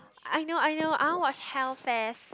I know I know I want to watch Hell Fest